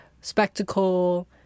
spectacle